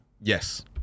Yes